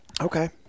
Okay